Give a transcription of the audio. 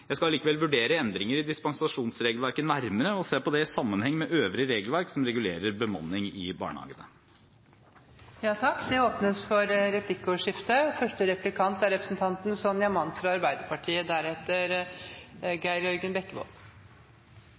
Jeg skal allikevel vurdere endringer i dispensasjonsregelverket nærmere og se på det i sammenheng med øvrig regelverk som regulerer bemanning i barnehagene. Det blir replikkordskifte. Først vil jeg si at jeg er glad for at regjeringa følger opp stortingsmeldinga fra